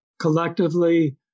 collectively